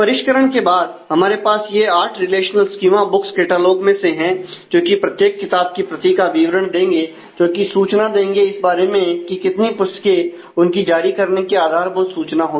परिष्करण के बाद हमारे पास यह 8 रिलेशनल स्कीमा बुक्स कैटलॉग में से है जो कि प्रत्येक किताब की प्रति का विवरण देंगे जोकि सूचना देंगे इस बारे में की कितनी पुस्तकें उनकी जारी करने की आधारभूत सूचना होगी